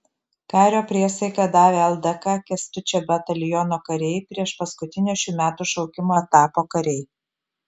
kario priesaiką davę ldk kęstučio bataliono kariai priešpaskutinio šių metų šaukimo etapo kariai